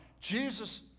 Jesus